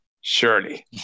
Surely